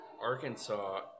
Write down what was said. Arkansas